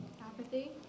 Apathy